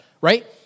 right